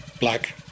black